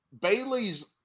Bailey's